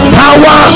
power